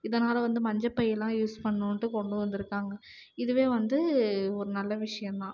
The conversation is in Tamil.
இதனால் வந்து மஞ்சப்பையிலாம் யூஸ் பண்ணணுன்ட்டு கொண்டு வந்திருக்காங்க இதுவே வந்து ஒரு நல்ல விஷயந்தான்